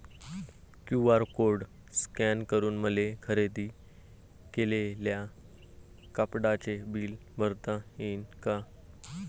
QR code scan करून मले खरेदी केलेल्या कापडाचे बिल भरता यीन का?